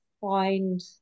find